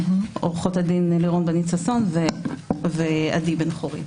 עו"ד לירון בנית ששון ועדי בן-חורין.